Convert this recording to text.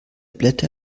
blätter